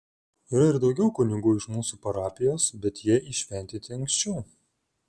yra ir daugiau kunigų iš mūsų parapijos bet jie įšventinti anksčiau